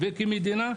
כמדינה,